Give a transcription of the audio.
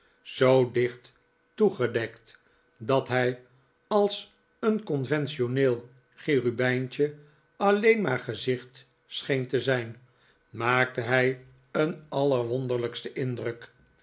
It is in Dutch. zoo dicht toegedekt dat hij als een conventioneel cherubijntje alleen maar gezicht scheen te zijn maakte hij een allerwonderlijksten indruk